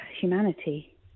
humanity